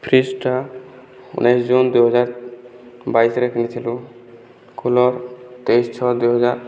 ଫ୍ରିଜ୍ଟା ଉଣେଇଶ ଜୁନ୍ ଦୁଇହଜାର ବାଇଶରେ କିଣିଥିଲୁ କୁଲର୍ ତେଇଶ ଛଅ ଦୁଇହଜାର